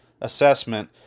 assessment